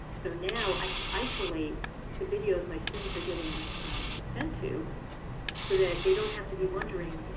so now i can isolate the videos my students are getting sent to so that they don't have to be wondering,